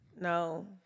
no